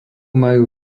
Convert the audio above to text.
majú